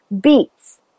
Beets